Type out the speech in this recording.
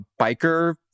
biker